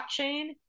blockchain